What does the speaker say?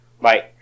Bye